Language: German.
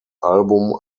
album